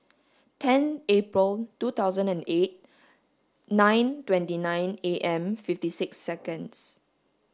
ten April two thousand and eight nine twenty nine A M fifty six seconds